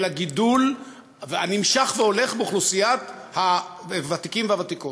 הגידול הנמשך והולך באוכלוסיית הוותיקים והוותיקות.